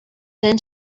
then